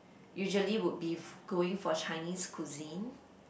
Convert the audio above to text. usually would be f~ going for Chinese cuisine